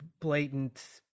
blatant